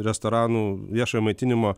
restoranų viešojo maitinimo